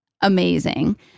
amazing